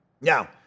Now